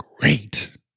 great